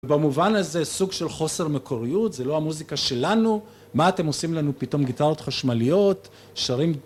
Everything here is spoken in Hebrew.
במובן הזה סוג של חוסר מקוריות, זה לא המוזיקה שלנו, מה אתם עושים לנו פתאום גיטרות חשמליות, שרים...